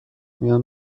میان